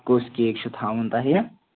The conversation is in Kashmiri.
کُس کیک چھُ تھاوُن تۄہہِ